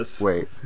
Wait